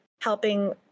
helping